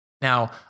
Now